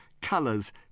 colors